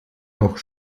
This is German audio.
noch